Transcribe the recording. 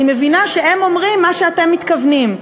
אני מבינה שהם אומרים מה שאתם מתכוונים,